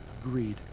Agreed